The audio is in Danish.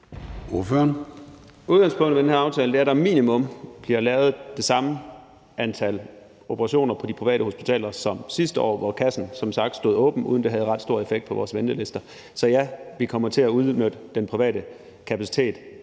Udgangspunktet i den her aftale er, at der minimum bliver lavet det samme antal operationer på de private hospitaler som sidste år, hvor kassen som sagt stod åben, uden at det havde ret stor effekt på vores ventelister. Så ja, vi kommer til at udnytte den private kapacitet